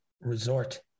Resort